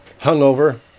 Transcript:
hungover